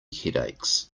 headaches